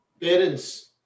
parents